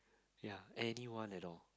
ya anyone at all